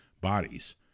bodies